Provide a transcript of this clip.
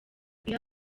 iyo